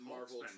Marvel